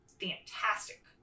fantastic